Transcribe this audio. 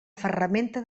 ferramenta